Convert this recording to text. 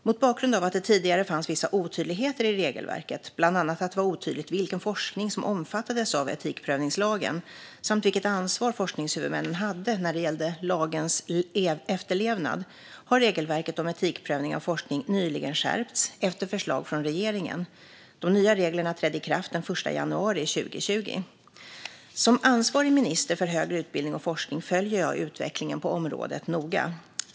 Mot bakgrund av att det tidigare fanns vissa otydligheter i regelverket, bland annat att det var otydligt vilken forskning som omfattades av etikprövningslagen samt vilket ansvar forskningshuvudmännen hade när det gällde lagens efterlevnad, har regelverket om etikprövning av forskning nyligen skärpts, efter förslag från regeringen. De nya reglerna trädde i kraft den 1 januari 2020 . Som ansvarig minister för högre utbildning och forskning följer jag utvecklingen på området noga.